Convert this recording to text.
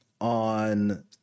on